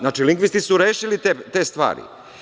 Znači, lingvisti su rešili te stvari.